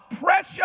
pressure